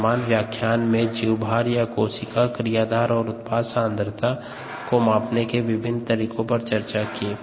वर्तमान व्याख्यान में जीवभार या कोशिका क्रियाधार और उत्पाद की सांद्रता को मापने के विभिन्न के तरीकों पर चर्चा की